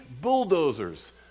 bulldozers